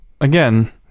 again